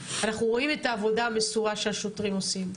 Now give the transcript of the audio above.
אנחנו רואים את העבודה המסורה שהשוטרים עושים,